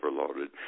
overloaded